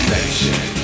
Nation